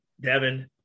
Devin